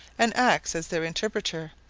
and acts as their interpreter,